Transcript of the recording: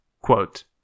Quote